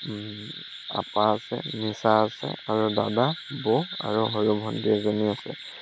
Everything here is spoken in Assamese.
আপা আছে নিচা আছে আৰু দাদা বৌ আৰু সৰু ভণ্টি এজনী আছে